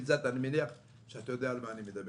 אני מניח שאתה יודע על מה אני מדבר